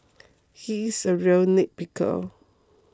he is a real nitpicker